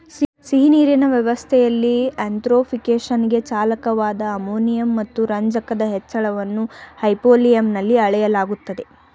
ಸಿಹಿನೀರಿನ ವ್ಯವಸ್ಥೆಲಿ ಯೂಟ್ರೋಫಿಕೇಶನ್ಗೆ ಚಾಲಕವಾದ ಅಮೋನಿಯಂ ಮತ್ತು ರಂಜಕದ ಹೆಚ್ಚಳವನ್ನು ಹೈಪೋಲಿಯಂನಲ್ಲಿ ಅಳೆಯಲಾಗ್ತದೆ